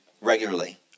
regularly